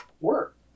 work